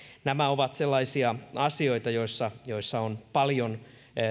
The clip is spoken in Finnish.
nämä ovat sellaisia asioita joissa joissa on paljon